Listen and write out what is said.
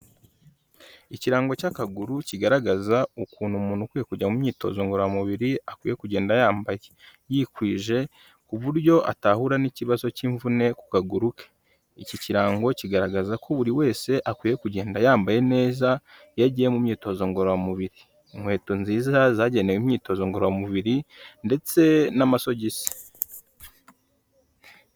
Ikirango cy'akaguru kigaragaza ukuntu umuntu ukwiye kujya mu myitozo ngororamubiri akwiye kugenda yambaye, yikwije, ku buryo atahura n'ikibazo cy'imvune ku kaguru ke, iki kirango kigaragaza ko buri wese akwiye kugenda yambaye neza iyo agiye mu myitozo ngororamubiri, inkweto nziza zagenewe imyitozo ngororamubiri ndetse n'amasogisi.